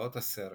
גרסאות הסרט